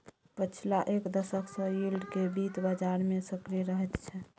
पछिला एक दशक सँ यील्ड केँ बित्त बजार मे सक्रिय रहैत छै